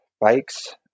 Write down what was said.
bikes